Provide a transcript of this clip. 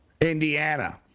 Indiana